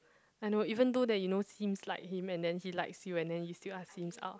I know even though that you know seems like him and then he like you and then you still ask him out